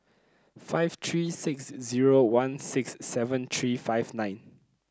five three six zero one six seven three five nine